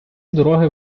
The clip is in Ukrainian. дороги